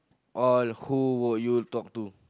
or who would you talk to